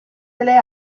delle